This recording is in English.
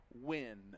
win